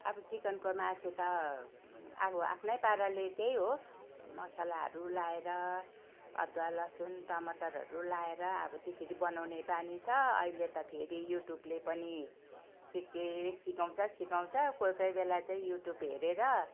अब चिकनको मासु त अब आफ्नै पाराले त्यही हो मसालाहरू लगाएर अदुवा लसुन टमाटरहरू लगाएर अब त्यसरी बनाउने बानी छ अहिले त फेरि युट्युबले पनि के के सिकाउँछ सिकाउँछ कोही कोही बेला चाहिँ युट्युब हेरेर